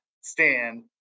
stand